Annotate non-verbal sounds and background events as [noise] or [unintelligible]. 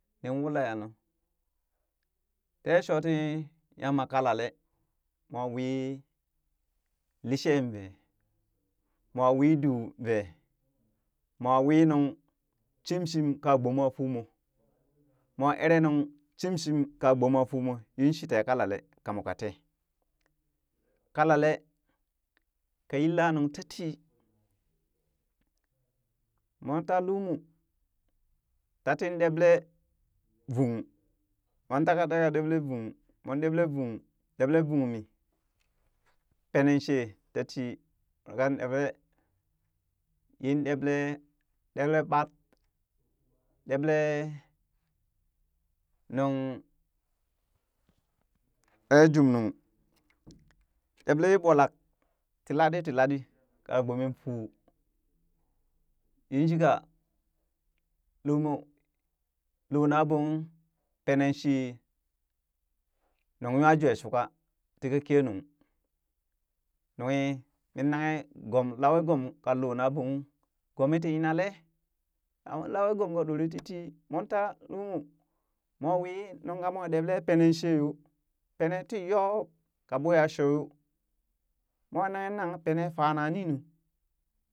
Nin wulayannu. Tee shooti yamba kalale moo wii lishee vee, moo wii duu vee moo winung shimshim ka gboma fuu moo mwa ere nuŋ shim shim ka gbomaa fuumoo yin shi tee kalalee ka moka te, kalale ka yilla nung tatii mon ta lumo tati ɗeɓlee vong mong taka teeka ɗeɓle vong mon ɗeɓle vong, deblee vong mii penee shee ta tii [unintelligible] yin ɗeɓlee, ɗeɓle ɓat, ɗeɓle nuŋ ɗee jungnung, ɗeɓlee yee ɓwalak ti laɗii ti laɗii, ka gbome fuu yin shika, lumo lonaɓokung pene shi nung nyajweshuka, ti ka kenung nunghi min nanghe gom lawee gom ka loo na ɓoo kung gomii ti yina lee amma lawee gom ka ɗoree ti tii mon taa lumo mwa wii nuŋ ka moo ɗebɓe penee shee yoo, penee tiyob ka ɓoo aa shoo yoo moo nanghenan pene fana ninu.